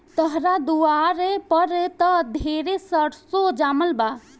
तहरा दुआर पर त ढेरे सरसो जामल बा